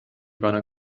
gonna